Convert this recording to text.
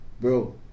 Bro